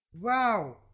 Wow